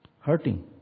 Hurting